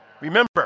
Remember